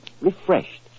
refreshed